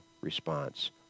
response